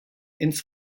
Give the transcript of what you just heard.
ins